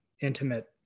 intimate